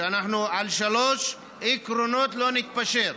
שעל שלושה עקרונות לא נתפשר: